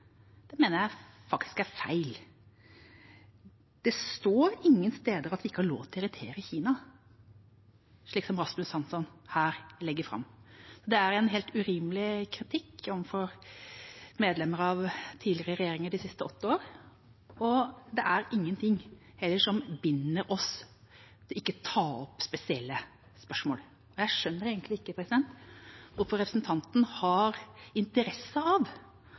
normaliseringsavtalen, mener jeg er feil. Det står ingen steder at vi ikke har lov til å irritere Kina, slik som Rasmus Hansson her legger det fram. Det er en helt urimelig kritikk overfor medlemmer av tidligere regjeringer fra de siste åtte årene. Det er heller ingenting som binder oss til ikke å ta opp spesielle spørsmål. Jeg skjønner egentlig ikke hvorfor representanten har interesse av